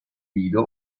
nido